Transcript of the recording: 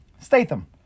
Statham